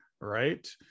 right